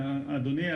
אדוני,